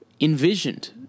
envisioned